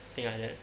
something like that